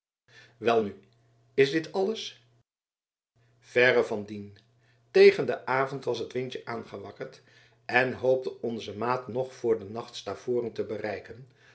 welnu is dit alles verre van dien tegen den avond was het windje aangewakkerd en hoopte onze maat nog voor den nacht stavoren te bereiken